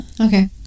Okay